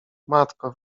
matko